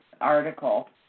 article